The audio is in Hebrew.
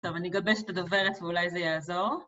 טוב, אני אגבש את הדוברת ואולי זה יעזור.